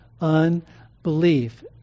unbelief